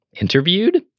interviewed